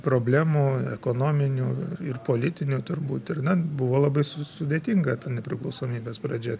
problemų ekonominių ir ir politinių turbūt ir na buvo labai su sudėtinga ta nepriklausomybės pradžia